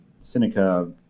Seneca